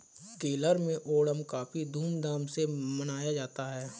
केरल में ओणम काफी धूम धाम से मनाया जाता है